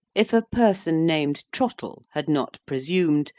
if a person named trottle had not presumed,